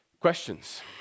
Questions